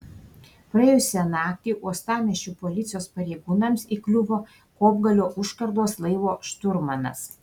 praėjusią naktį uostamiesčio policijos pareigūnams įkliuvo kopgalio užkardos laivo šturmanas